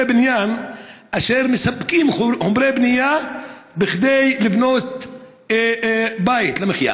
בניין אשר מספקים חומרי בנייה כדי לבנות בית למחיה